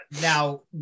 now